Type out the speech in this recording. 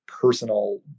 Personal